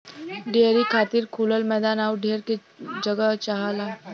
dairy खातिर खुलल मैदान आउर ढेर के जगह चाहला